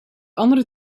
andere